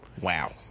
Wow